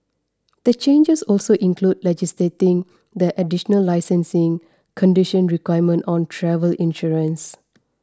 the changes also include legislating the additional licensing condition requirement on travel insurance